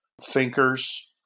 thinkers